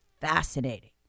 fascinating